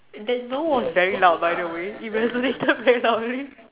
the noise was very loud by the way it resonated very loudly